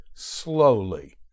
slowly